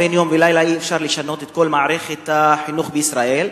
בן-לילה אי-אפשר לשנות את כל מערכת החינוך בישראל,